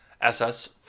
SS